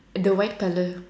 the white colour